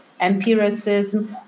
empiricism